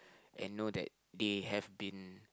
and know that they have been